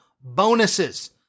bonuses